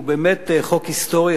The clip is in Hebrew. הוא באמת חוק היסטורי,